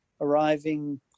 arriving